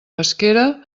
pesquera